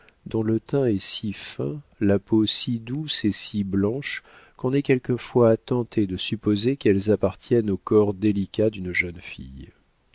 dont le teint est si fin la peau si douce et si blanche qu'on est quelquefois tenté de supposer qu'elles appartiennent au corps délicat d'une jeune fille